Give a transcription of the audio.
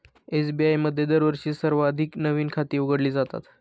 SBI मध्ये दरवर्षी सर्वाधिक नवीन खाती उघडली जातात